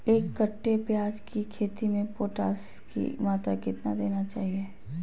एक कट्टे प्याज की खेती में पोटास की मात्रा कितना देना चाहिए?